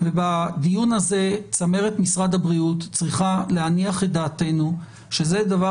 ובדיון הזה צמרת משרד הבריאות צריכה להניח את דעתנו שזה דבר